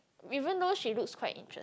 even though she looks quite interest